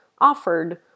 offered